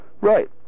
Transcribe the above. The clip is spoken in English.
Right